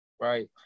right